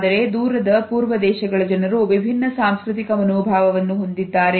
ಆದರೆ ದೂರದ ಪೂರ್ವ ದೇಶಗಳ ಜನರು ವಿಭಿನ್ನ ಸಾಂಸ್ಕೃತಿಕ ಮನೋಭಾವವನ್ನು ಹೊಂದಿದ್ದಾರೆ